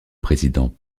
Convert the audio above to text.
président